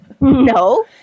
No